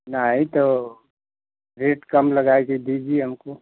नहीं तो रेट कम लगा कर दीजिए हमको